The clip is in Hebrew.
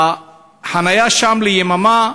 החניה שם ליממה,